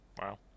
wow